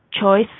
choice